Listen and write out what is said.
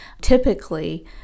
typically